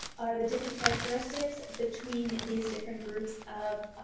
or the different characteristics between these different groups of